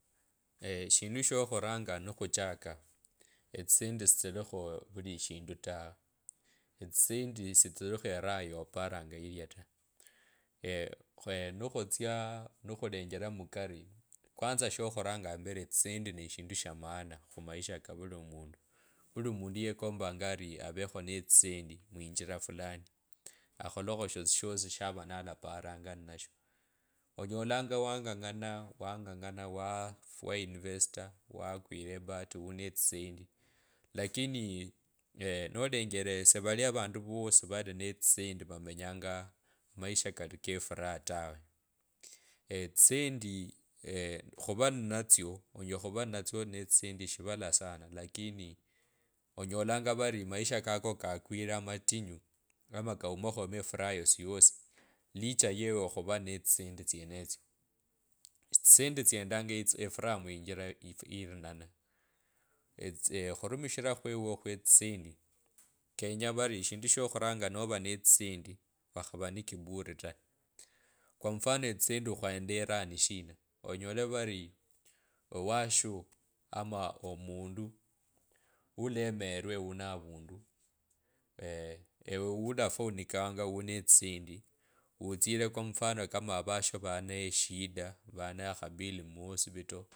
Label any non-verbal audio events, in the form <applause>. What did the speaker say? <hesitation> eshindu shokhuranga nikhochaka etsisendi sichilikho vulishindu taa etsisendi sisilikho eraha yoparangeyo tawe <hesitation> nikhutsya nikhulenjele mukari kwanza shokhuranga etsisendi neshindu sha maana khumaisha kavulimundu, vulimundu yekombanga ari avekho ne tsisendi, muinjira fulani akholakho shosishosi shara nalaparanga ninesho onyolanga wang’ang’ana wang’ang’ana weinivesta, wakwila ebahati wune tsisendi, lakini nolengele sivali avandu vosi vali ne tsisendi vamenyanga maisha kali kefuraha tawe <hesitation> tsisendi <hesitation> khuvaa ninatsyo onyela khuva ninatsyo noli tsisendi <hesitation> eshivala sana lakini onyolanga vari amaisha kako kakwile amatinyu ama kavulakhomo efuraha yosiyosi licha yeuwo khuvaa netsisendi tsiyenetsyo, tsisendi tsendanga etsi efuraha muinjira if irinana etsi <hesitation> okhurumishira khweuo khwe tsisendi kenye vari eshindu shokhuranga novanetsisendi wakhava ne kiburi ta. Kw mfano tsisendi khwenda eraha ni shina onyole vari owasho ama omundu wulemelwe wuna avundu <hesitation> ewe ulafonikanga wunetsisendi wutsile kwa mfano avasho vana eshida vana akhabidi muosivito.